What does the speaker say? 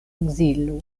ekzilo